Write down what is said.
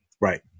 Right